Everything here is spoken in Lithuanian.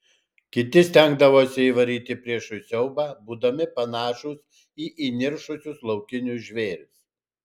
kiti stengdavosi įvaryti priešui siaubą būdami panašūs į įniršusius laukinius žvėris